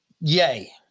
Yay